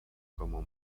como